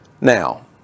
Now